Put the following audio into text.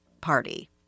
party